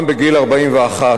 גם בגיל 41,